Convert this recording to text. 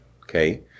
Okay